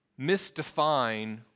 misdefine